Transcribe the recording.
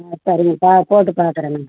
ஆ சரிங்க போட்டு பார்க்குறேன்ங்க